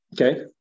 okay